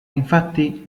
infatti